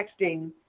texting